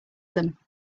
them